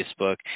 Facebook